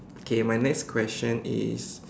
okay my next question is